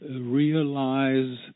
realize